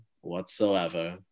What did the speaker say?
whatsoever